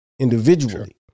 individually